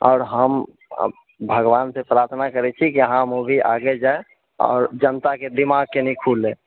आओर हम भगवानसँ प्रार्थना करैत छी कि अहाँ मूवी आगे जाए आओर जनताके दिमाग कनी खुलए